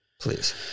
Please